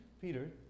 Peter